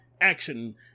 action